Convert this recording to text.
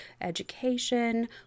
education